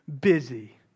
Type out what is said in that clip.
busy